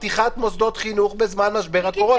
פתיחת מוסדות חינוך בזמן משבר הקורונה.